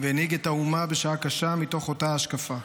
והנהיג את האומה בשעה קשה מתוך אותה השקפה.